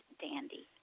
dandy